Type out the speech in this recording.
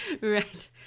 Right